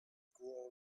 grow